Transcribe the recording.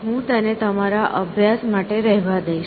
હું તેને તમારા અભ્યાસ માટે રહેવા દઈશ